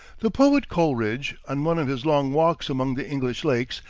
the poet coleridge, on one of his long walks among the english lakes,